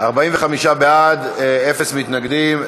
45 בעד, אין מתנגדים.